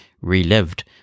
relived